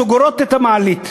סוגרות את המעלית,